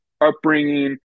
upbringing